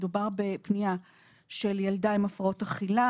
מדובר בפנייה של ילדה עם הפרעות אכילה